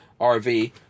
RV